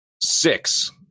Six